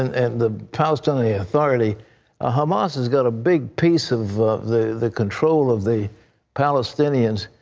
and and the palestinian authority ah hamas has got a big piece of the the control of the palestinians.